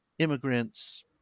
immigrants